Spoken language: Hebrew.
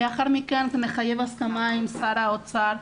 לאחר מכן זה מחייב הסכמה עם שר האוצר.